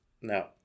no